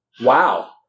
wow